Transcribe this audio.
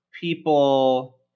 people